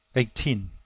eighteen.